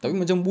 mm